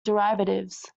derivatives